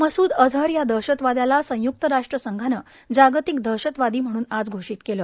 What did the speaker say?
मसूद अजहर या दहशतवाद्याला संय्क्त राष्ट्र संघाने जागतिक दहशतवादी म्हणून आज घोषित केलं